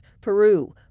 Peru